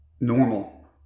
normal